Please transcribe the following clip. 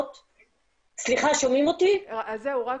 עבודה,